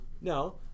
No